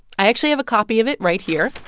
i actually have a copy of it right here.